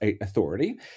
authority